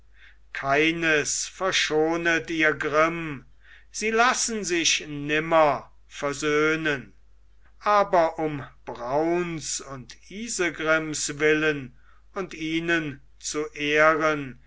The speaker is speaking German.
keines verschonet ihr grimm sie lassen sich nimmer versöhnen aber um brauns und isegrims willen und ihnen zu ehren